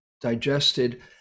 digested